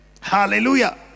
Hallelujah